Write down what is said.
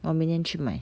我明天去买